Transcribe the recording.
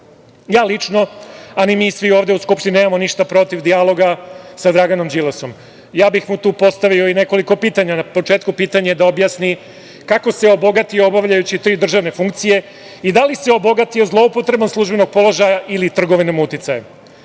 lično, a ni mi svi ovde u Skupštini, nemamo ništa protiv dijaloga sa Draganom Đilasom. Ja bih mu tu postavio i nekoliko pitanja. Na početku, pitanje da objasni kako se obogatio obavljajući tri državne funkcije i da li se obogatio zloupotrebom službenog položaja ili trgovinom uticajem?